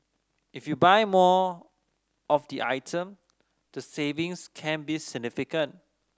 if you buy more of the item the savings can be significant